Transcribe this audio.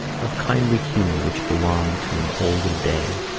of kindly humour which belonged to an older day.